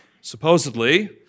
supposedly